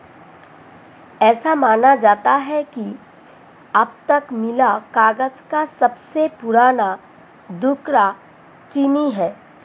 ऐसा माना जाता है कि अब तक मिला कागज का सबसे पुराना टुकड़ा चीनी है